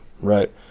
right